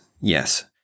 Yes